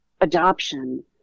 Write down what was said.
adoption